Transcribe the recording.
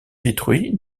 détruit